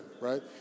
right